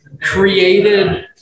created